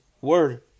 word